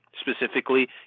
specifically